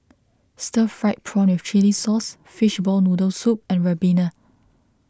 Stir Fried Prawn with Chili Sauce Fishball Noodle Soup and Ribena